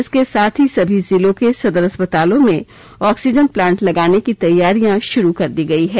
इसके साथ ही सभी जिलों के सदर अस्पतलों में ऑक्सीजन प्लांट लगाने की तैयारियां शुरू कर दी गयी हैं